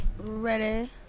ready